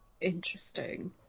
Interesting